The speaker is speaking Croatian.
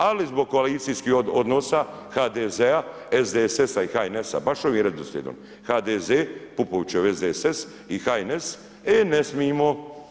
Ali zbog koalicijskih odnosa HDZ-a, SDSS-a i HNS-a, baš ovim redoslijedom HDZ, Pupovčev SDSS i HNS, e ne smijemo.